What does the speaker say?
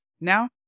Now